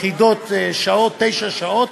שעות, תשע שעות,